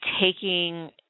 taking